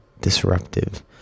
disruptive